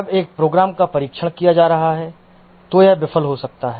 जब एक प्रोग्राम का परीक्षण किया जा रहा है तो यह विफल हो सकता है